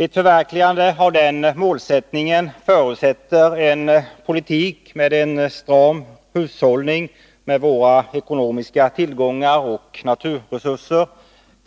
Ett förverkligande av den målsättningen förutsätter en politik med en stram hushållning med våra ekonomiska tillgångar och naturresurser,